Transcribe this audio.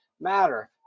matter